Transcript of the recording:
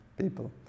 people